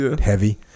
heavy